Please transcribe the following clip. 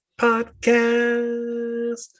Podcast